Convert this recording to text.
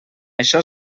això